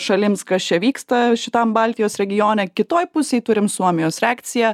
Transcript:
šalims kas čia vyksta šitam baltijos regione kitoj pusėj turim suomijos reakciją